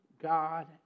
God